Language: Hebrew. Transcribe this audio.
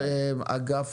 אמרת האגף